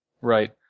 Right